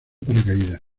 paracaídas